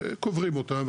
וקוברים אותם,